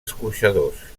escorxadors